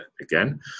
again